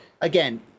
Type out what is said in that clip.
again